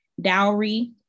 dowry